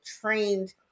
trained